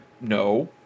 no